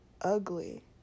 ugly